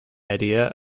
idea